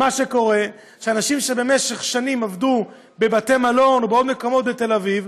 מה שקורה הוא שאנשים שבמשך שנים עבדו בבתי מלון ובעוד מקומות בתל אביב